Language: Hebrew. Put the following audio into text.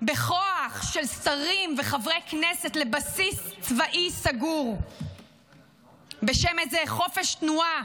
בכוח של שרים וחברי כנסת לבסיס צבאי סגור בשם איזה חופש תנועה.